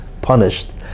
punished